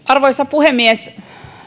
arvoisa puhemies